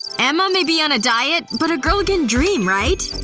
emma may be on a diet, but a girl can dream, right?